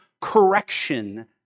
correction